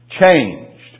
Changed